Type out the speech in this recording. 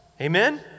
Amen